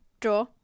Draw